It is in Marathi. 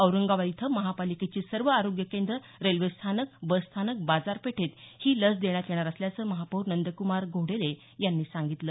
औरंगाबाद इथं महापालिकेची सर्व आरोग्य केंद्रं रेल्वेस्थानक बसस्थानक बाजारपेठेत ही लस देण्यात येणार असल्याचं महापौर नंद्क्मार घोडेले यांनी सांगितलं